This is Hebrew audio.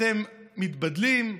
אתם מתבדלים,